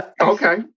Okay